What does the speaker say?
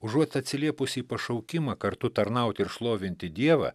užuot atsiliepusi į pašaukimą kartu tarnauti ir šlovinti dievą